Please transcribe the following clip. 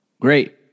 great